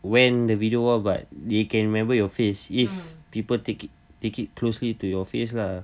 when the video but they can remember your face if people take it closely to your face lah